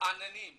מתעניינים